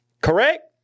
correct